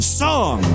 song